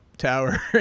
Tower